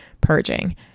purging